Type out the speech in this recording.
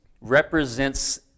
represents